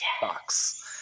box